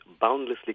boundlessly